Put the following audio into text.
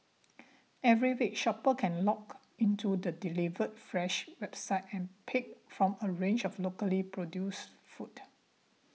every week shoppers can log into the Delivered Fresh website and pick from a range of locally produced foods